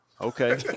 Okay